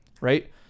right